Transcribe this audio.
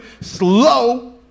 slow